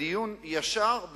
בדיון ישר,